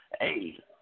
Hey